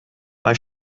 bei